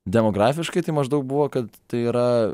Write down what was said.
demografiškai tai maždaug buvo kad tai yra